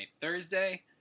Thursday